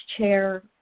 chair